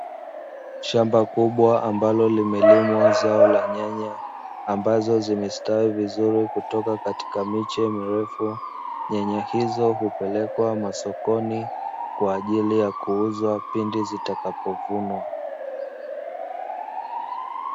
Shamba kubwa ambalo limelimwa zao la nyanya, ambazo zimeshastawi vizuri kutoka katika miche mirefu, nyanya hizo hupelekwa masokoni, kwa ajili ya kuuzwa pindi zitakapovunwa.